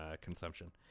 consumption